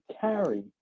carry